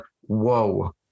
whoa